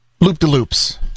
loop-de-loops